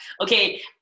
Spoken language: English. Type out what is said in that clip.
Okay